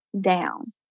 down